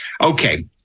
Okay